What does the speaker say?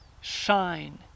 shine